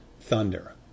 thunder